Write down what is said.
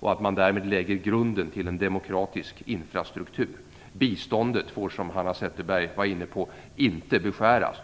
och att man därmed lägger grunden till en demokratisk infrastruktur. Biståndet får, som Hanna Zetterberg var inne på, inte beskäras.